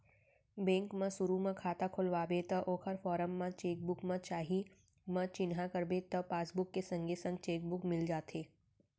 bank म सुरू म खाता खोलवाबे त ओकर फारम म चेक बुक चाही म चिन्हा करबे त पासबुक के संगे संग चेक बुक मिल जाथे